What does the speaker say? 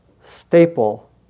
Staple